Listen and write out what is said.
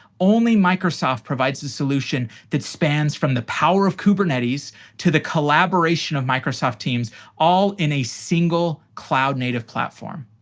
only microsoft provides a solution that spans from the power of kubernetes to the collaboration of microsoft teams all in a single cloud native platform.